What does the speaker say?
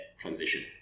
transition